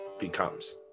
becomes